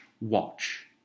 watch